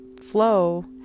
flow